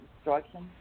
destruction